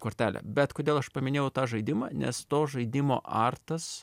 kortelė bet kodėl aš paminėjau tą žaidimą nes to žaidimo artas